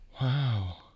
Wow